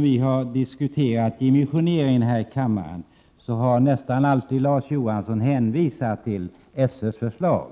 vi har diskuterat dimensioneringen här i kammaren tidigare, har Larz Johansson nästan alltid hänvisat till SÖ:s förslag.